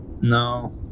no